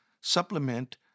supplement